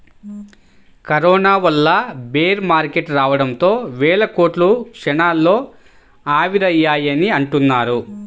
corona వల్ల bear market రావడంతో వేల కోట్లు క్షణాల్లో ఆవిరయ్యాయని అంటున్నారు